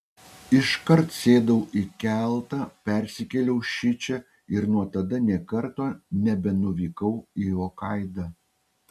iškart sėdau į keltą persikėliau šičia ir nuo tada nė karto nebenuvykau į hokaidą